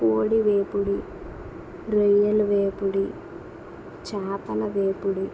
కోడి వేపుడు రొయ్యలు వేపుడు చాపల వేపుడు